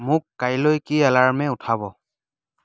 মোক কাইলৈ কি এলাৰ্মে উঠাব